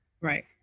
Right